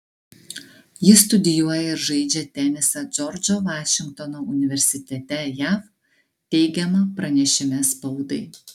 jis studijuoja ir žaidžia tenisą džordžo vašingtono universitete jav teigiama pranešime spaudai